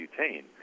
butane